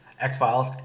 X-Files